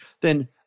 then-